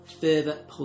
further